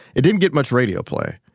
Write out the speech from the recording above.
it didn't get much radio play.